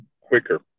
quicker